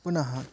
पुनः